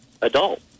adult